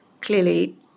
clearly